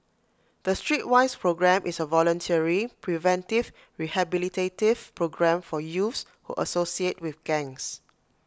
the Streetwise programme is A voluntary preventive rehabilitative programme for youths who associate with gangs